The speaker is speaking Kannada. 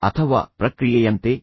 ಅಥವಾ ಪ್ರಕ್ರಿಯೆಯಂತೆ ಇತರ